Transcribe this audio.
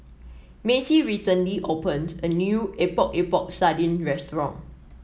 Macie recently opened a new Epok Epok Sardin restaurant